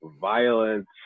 violence